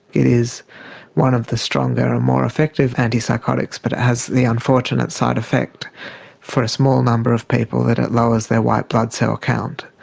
it is one of the stronger and more effective antipsychotics but it has the unfortunate side effect for a small number of people that it lowers their white blood cell count.